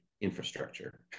infrastructure